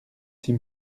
six